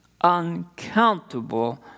uncountable